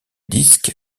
disque